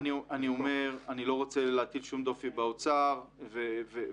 אני לא רוצה להטיל שום דופי באוצר --- כי